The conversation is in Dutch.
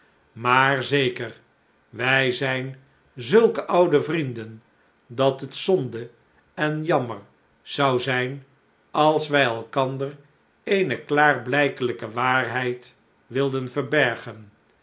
maar zeker wij zijn zulke oude vrienden dat het zonde en jammer zou zijn als wij elkander eene klaarblijkelijke waarheid wilden verbergen